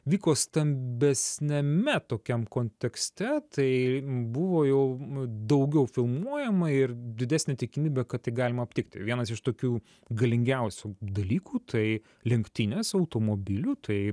vyko stambesniame tokiam kontekste tai buvo jau daugiau filmuojama ir didesnė tikimybė kad tai galima aptikti vienas iš tokių galingiausių dalykų tai lenktynės automobilių tai